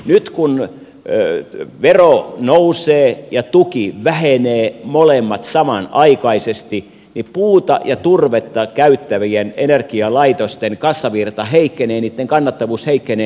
nyt kun vero nousee ja tuki vähenee molemmat samanaikaisesti niin puuta ja turvetta käyttävien energialaitosten kassavirta heikkenee niitten kannattavuus heikkenee